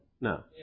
No